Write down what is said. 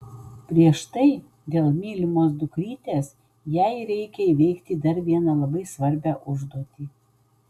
prieš tai dėl mylimos dukrytės jai reikia įveikti dar vieną labai svarbią užduotį